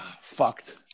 Fucked